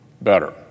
better